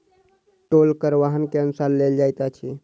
टोल कर वाहन के अनुसार लेल जाइत अछि